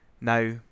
Now